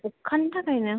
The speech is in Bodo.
अखानि थाखायनो